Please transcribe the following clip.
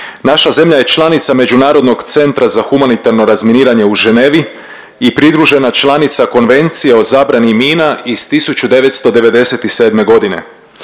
Naša zemlja je članica Međunarodnog centra za humanitarno razminiranje u Ženevi i pridružena članica Konvencije o zabrani mina iz 1997.g..